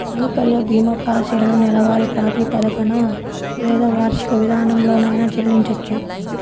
వైకల్య భీమా పాలసీలను నెలవారీ ప్రాతిపదికన లేదా వార్షిక విధానంలోనైనా చెల్లించొచ్చు